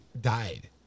died